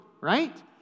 right